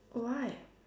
why